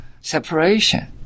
separation